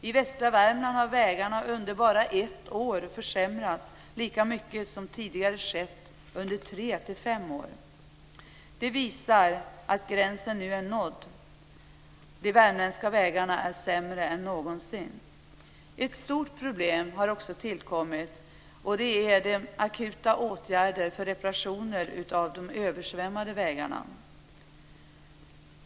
I västra Värmland har vägarna under bara ett år försämrats lika mycket som tidigare har skett under tre till fem år. En gräns är nu nådd, och de värmländska vägarna är sämre än någonsin. Det har också tillkommit ett stort problem, och det är akuta åtgärder för reparation av de översvämmade vägarna.